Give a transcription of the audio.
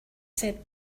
said